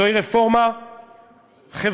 זוהי רפורמה חברתית